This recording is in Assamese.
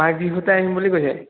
মাঘ বিহুতে আহিম বুলি কৈছে